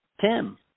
Tim